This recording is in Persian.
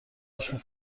عشق